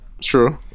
True